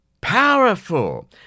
powerful